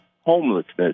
homelessness